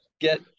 get